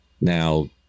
Now